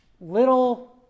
little